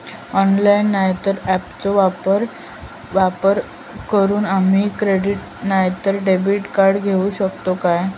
Online नाय तर ऍपचो वापर करून आम्ही क्रेडिट नाय तर डेबिट कार्ड घेऊ शकतो का?